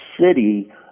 city